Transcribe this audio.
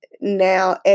now